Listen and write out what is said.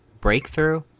Breakthrough